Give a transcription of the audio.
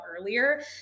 earlier